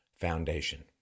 Foundation